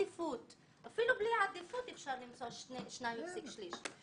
אפילו בלי עדיפות אפשר למצוא 2.3 מיליון.